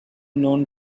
known